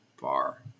bar